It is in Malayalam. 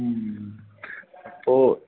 മ്മ് അപ്പോൾ